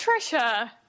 Trisha